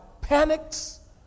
panics